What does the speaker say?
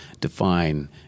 define